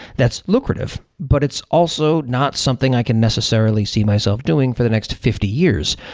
that's lucrative, but it's also not something i can necessarily see myself doing for the next fifty years.